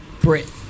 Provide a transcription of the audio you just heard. Brit